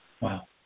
Wow